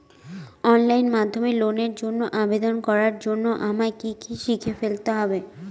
Online মাধ্যমে লোনের জন্য আবেদন করার জন্য আমায় কি কি শিখে ফেলতে হবে?